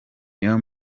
niyo